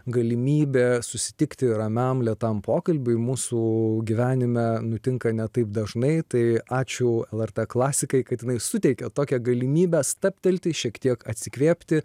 galimybė susitikti ramiam lėtam pokalbiui mūsų gyvenime nutinka ne taip dažnai tai ačiū lrt klasikai kad jinai suteikia tokią galimybę stabtelti šiek tiek atsikvėpti